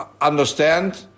understand